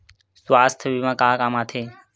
सुवास्थ बीमा का काम आ थे?